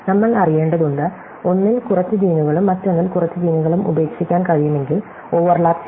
നമ്മൾ അറിയേണ്ടതുണ്ട് ഒന്നിൽ കുറച്ച് ജീനുകളും മറ്റൊന്നിൽ കുറച്ച് ജീനുകളും ഉപേക്ഷിക്കാൻ കഴിയുമെങ്കിൽ ഓവർലാപ് ചെയ്യും